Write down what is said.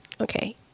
Okay